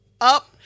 up